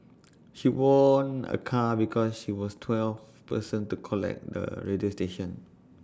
she won A car because she was twelfth person to collect the radio station